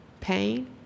pain